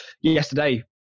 yesterday